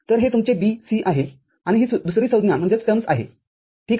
तरहे तुमचे BC आहे आणि ही दुसरी संज्ञा आहे ठीक आहे